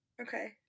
Okay